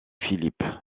philippe